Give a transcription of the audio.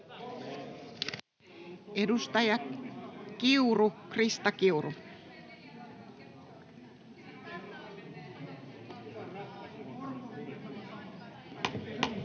Edustaja Kiuru, Krista Kiuru. Arvoisa